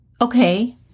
Okay